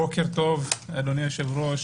בוקר טוב, אדוני היושב-ראש.